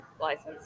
license